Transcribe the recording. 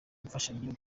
imfashanyo